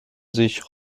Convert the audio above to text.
sich